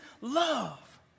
love